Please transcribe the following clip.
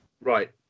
Right